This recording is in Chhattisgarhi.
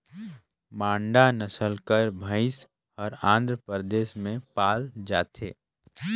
मांडा नसल कर भंइस हर आंध्र परदेस में पाल जाथे